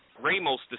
Ramos